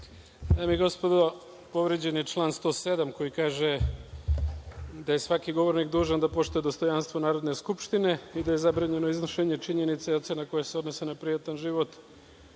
i gospodo, povređen je član 107. koji kaže da je svaki govornik dužan da poštuje dostojanstvo Narodne skupštine i da je zabranjeno iznošenje činjenica i ocena koje se odnose na privatan život